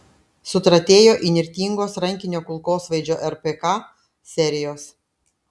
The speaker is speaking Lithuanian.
sutratėjo įnirtingos rankinio kulkosvaidžio rpk serijos